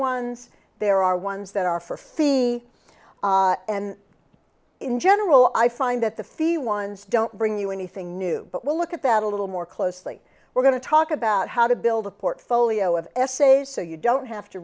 ones there are ones that are for fee and in general i find that the fee ones don't bring you anything new but we'll look at that a little more closely we're going to talk about how to build a portfolio of essays so you don't have to